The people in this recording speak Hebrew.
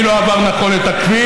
אנחנו עוברים להצעת החוק האחרונה